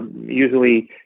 usually